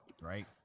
Right